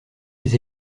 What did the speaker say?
les